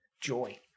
joy